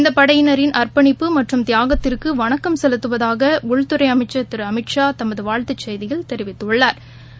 இந்த படையினரின் அர்ப்பணிப்பு மற்றும் தியாகத்திற்கு வணக்கம் செலுத்துவதாக உள்துறை அமைச்சா் திரு அமித்ஷா தமது வாழ்த்துச் செய்தியில் தெரிவித்துள்ளாா்